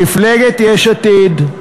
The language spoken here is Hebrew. מפלגת יש עתיד,